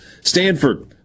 Stanford